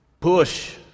push